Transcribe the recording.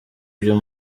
byo